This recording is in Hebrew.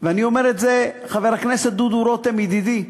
ואני אומר את זה, חבר הכנסת דודו רותם ידידי,